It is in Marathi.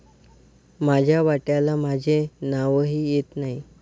माझ्या वाट्याला माझे नावही येत नाही